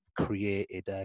created